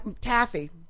Taffy